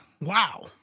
Wow